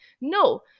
No